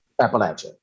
Appalachia